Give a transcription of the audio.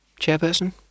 chairperson